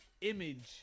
image